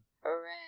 Hooray